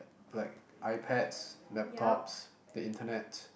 like iPads laptops the Internet